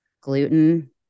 gluten